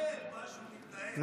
שם לא מתנהל כלום.